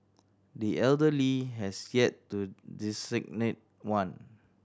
the elder Lee has yet to designate one